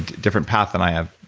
different path than i have,